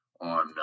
on